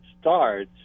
starts